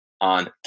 on